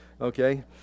Okay